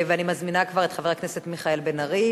ואני כבר מזמינה את חבר הכנסת מיכאל בן-ארי